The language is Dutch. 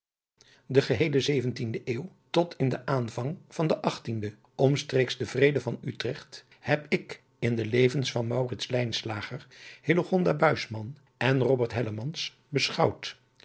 de geheele zeventiende eeuw tot in den aanvang van de achttiende omstreeks den vrede van utrecht heb ik in de levens van